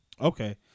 Okay